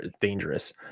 dangerous